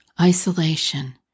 isolation